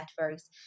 networks